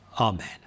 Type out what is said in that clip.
Amen